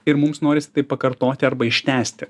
ir mums noris tai pakartoti arba ištęsti